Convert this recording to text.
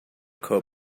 cop